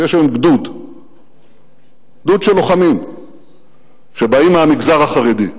ויש היום גדוד של לוחמים שבאים מהמגזר החרדי.